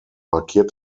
markiert